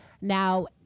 now